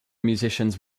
musicians